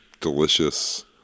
delicious